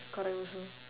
caught up soon